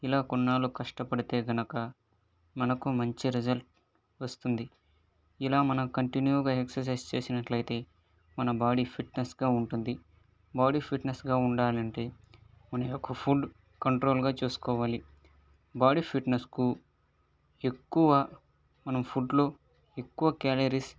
ఇలా కొన్నాళ్ళు కష్టపడితే కనుక మనకు మంచి రిజల్ట్ వస్తుంది ఇలా మనం కంటిన్యూగా ఎక్సర్సైజ్ చేసినట్లయితే మన బాడీ ఫిట్నెస్ గా ఉంటుంది బాడీ ఫిట్నెస్ గా ఉండాలంటే మన యొక్క ఫుడ్ కంట్రోల్ గా చూసుకోవాలిబాడీ ఫిట్నెస్ కు ఎక్కువ మనం ఫుడ్ లో ఎక్కువ క్యాలరీస్